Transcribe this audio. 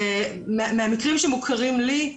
מהמקרים שמוכרים לי,